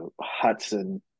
Hudson